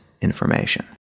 information